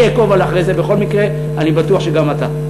אני אעקוב אחרי זה בכל מקרה, אני בטוח שגם אתה.